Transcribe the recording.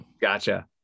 gotcha